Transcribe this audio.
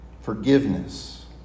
forgiveness